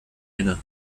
inne